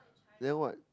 then what